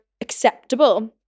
acceptable